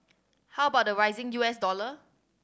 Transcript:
how about the rising U S dollar